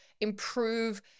improve